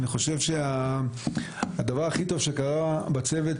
אני חושב שהדבר הכי טוב שקרה בצוות,